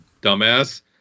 dumbass